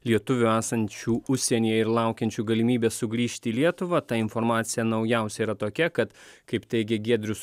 lietuvių esančių užsienyje ir laukiančių galimybės sugrįžti į lietuvą ta informacija naujausia yra tokia kad kaip teigė giedrius